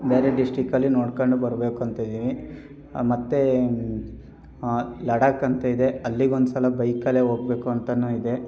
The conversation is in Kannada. ಬೇರೆ ಡಿಸ್ಟಿಕಲ್ಲಿ ನೋಡ್ಕಂಡು ಬರಬೇಕು ಅಂತ ಇದ್ದೀನಿ ಮತ್ತು ಲಡಾಖ್ ಅಂತ ಇದೆ ಅಲ್ಲಿಗೆ ಒಂದು ಸಲ ಬೈಕಲ್ಲೇ ಹೋಗ್ಬೇಕು ಅಂತಲೂ ಇದೆ